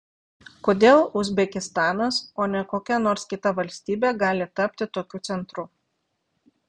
kodėl uzbekistanas o ne kokia nors kita valstybė gali tapti tokiu centru